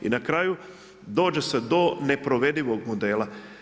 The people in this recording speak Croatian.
I na kraju dođe se do neprovedivog modela.